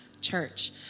church